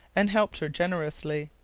and helped her generously.